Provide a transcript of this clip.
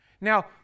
Now